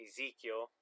Ezekiel